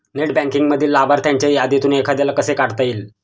Net बँकिंगमधील लाभार्थ्यांच्या यादीतून एखाद्याला कसे काढता येईल?